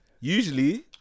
usually